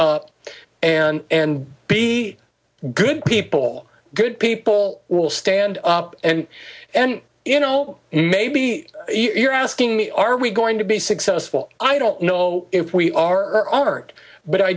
up and be good people good people will stand up and and you know maybe you're asking me are we going to be successful i don't know if we are aren't but i